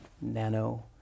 nano